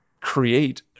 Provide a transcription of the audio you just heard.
create